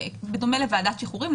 בדומה לוועדת השחרורים,